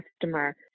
customer